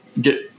get –